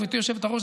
גברתי היושבת-ראש,